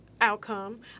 outcome